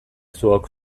zuok